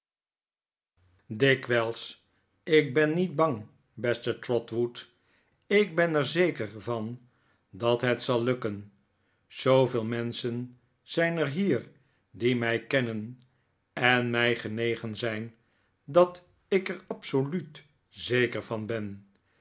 ik ben niet bang beste trotwood ik ben er zeker van dat het zal lukken zooveel menschen zijn er hier die mij kennen en mij genegen zijn dat ik er absoluut zeker van ben